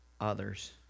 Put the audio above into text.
others